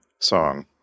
song